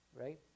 right